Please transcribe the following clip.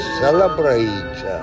celebrate